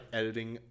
editing